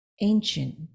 ancient